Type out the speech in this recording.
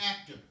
actor